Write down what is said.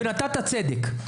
ועשיית צדק.